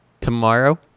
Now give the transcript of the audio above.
tomorrow